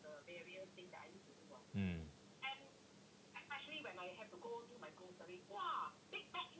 mm